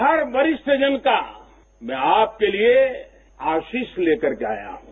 हर वरिष्ठ जन का मैं आपके लिए आशीष लेकर के आया हूं